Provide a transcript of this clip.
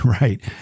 right